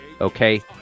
Okay